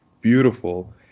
beautiful